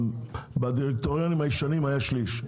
בדירקטוריונים הישנים היה שליש.